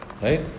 Right